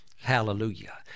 Hallelujah